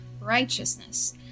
righteousness